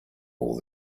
all